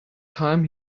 time